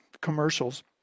commercials